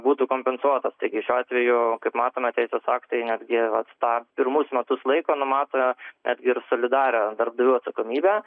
būtų kompensuotas taigi šiuo atveju kaip matome teisės aktai netgi vat tą pirmus metus laiko numato netgi ir solidarią darbdavių atsakomybę